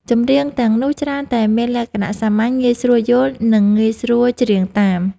ចម្រៀងទាំងនោះច្រើនតែមានលក្ខណៈសាមញ្ញ ងាយស្រួលយល់ និងងាយស្រួលច្រៀងតាម